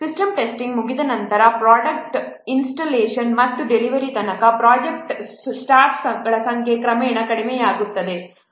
system testing ಮುಗಿದ ನಂತರ product installation ಮತ್ತು ಡಿಲಿವರಿ ತನಕ ಪ್ರೊಜೆಕ್ಟ್ ಸ್ಟಾಫ್ಗಳ ಸಂಖ್ಯೆ ಕ್ರಮೇಣ ಕಡಿಮೆಯಾಗುತ್ತದೆ